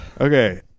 Okay